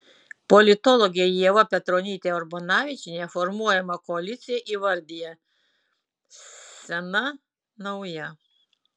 politologė ieva petronytė urbonavičienė formuojamą koaliciją įvardija sena nauja